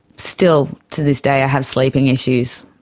still to this day i have sleeping issues.